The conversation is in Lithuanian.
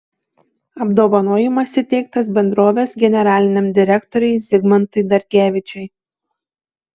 apdovanojimas įteiktas bendrovės generaliniam direktoriui zigmantui dargevičiui